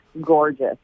gorgeous